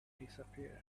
disappeared